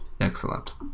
Excellent